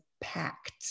packed